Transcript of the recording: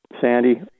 Sandy